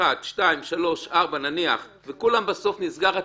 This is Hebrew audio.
בסוף נסגר התיק,